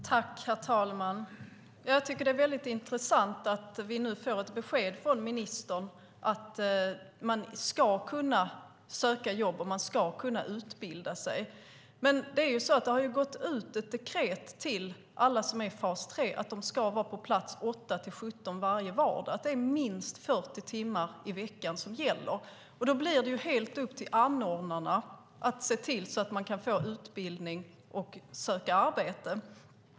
Herr talman! Jag tycker att det är väldigt intressant att vi nu får ett besked från ministern att man ska kunna söka jobb och man ska kunna utbilda sig. Men det har ju gått ut ett dekret till alla som är i fas 3 att de ska vara på plats 8.00-17.00 varje vardag. Det är minst 40 timmar i veckan som gäller, och det blir då helt upp till anordnarna att se till att man kan få utbildning och söka arbete.